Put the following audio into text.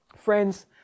Friends